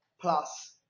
plus